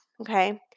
okay